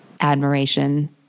admiration